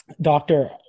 Doctor